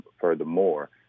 furthermore